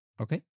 Okay